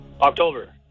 October